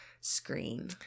screen